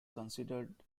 considered